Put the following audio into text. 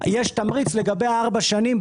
יש תמריץ לגבי ארבע שנים.